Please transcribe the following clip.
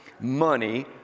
money